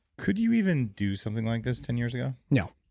could you even do something like this ten years ago? no.